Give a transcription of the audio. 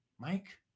Mike